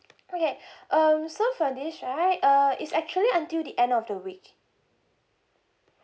okay um so for this right uh is actually until the end of the week